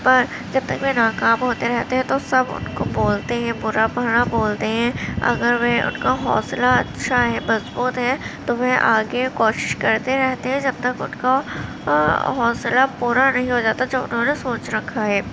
پر جب تک میں ناکام ہوتے رہتے ہیں تو سب ان کو بولتے ہیں برا بھلا بولتے ہیں اگر وہ ان کو حوصلہ اچھا ہے مضبوط ہے تو وہ آگے کوشش کرتے رہتے ہیں جب تک ان کا حوصلہ پورا نہیں ہو جاتا جو انہوں نے سوچ رکھا ہے